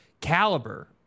caliber